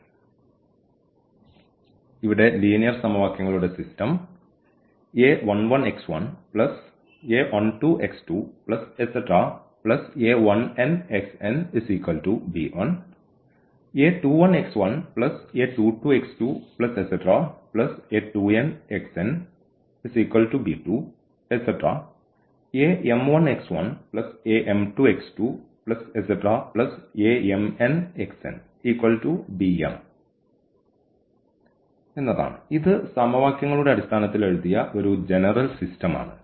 അതിനാൽ ഇവിടെ ലീനിയർ സമവാക്യങ്ങളുടെ സിസ്റ്റം ഇത് സമവാക്യങ്ങളുടെ അടിസ്ഥാനത്തിൽ എഴുതിയ ഒരു ജെനറൽ സിസ്റ്റം ആണ്